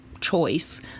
choice